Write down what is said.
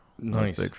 Nice